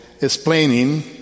explaining